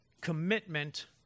commitment